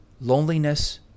loneliness